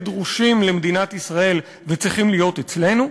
דרושים למדינת ישראל וצריכים להיות אצלנו.